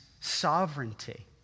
sovereignty